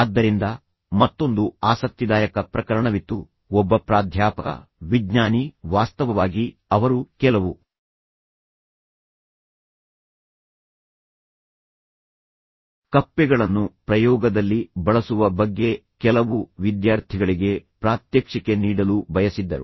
ಆದ್ದರಿಂದ ಮತ್ತೊಂದು ಆಸಕ್ತಿದಾಯಕ ಪ್ರಕರಣವಿತ್ತು ಒಬ್ಬ ಪ್ರಾಧ್ಯಾಪಕ ವಿಜ್ಞಾನಿ ವಾಸ್ತವವಾಗಿ ಅವರು ಕೆಲವು ಕಪ್ಪೆಗಳನ್ನು ಪ್ರಯೋಗದಲ್ಲಿ ಬಳಸುವ ಬಗ್ಗೆ ಕೆಲವು ವಿದ್ಯಾರ್ಥಿಗಳಿಗೆ ಪ್ರಾತ್ಯಕ್ಷಿಕೆ ನೀಡಲು ಬಯಸಿದ್ದರು